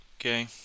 Okay